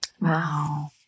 wow